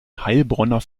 heilbronner